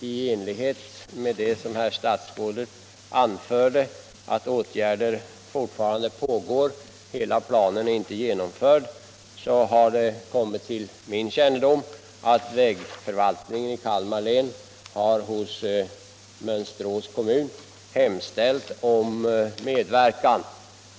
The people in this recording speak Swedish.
I enlighet med vad herr statsrådet anförde, nämligen att åtgärder fortfarande vidtas och att hela planen inte är genomförd, har det kommit till min kännedom att vägförvaltningen i Kalmar län hos Mönsterås kommun har hemställt om medverkan till brons bevarande.